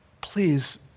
please